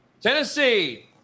Tennessee